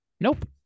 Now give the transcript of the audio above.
Nope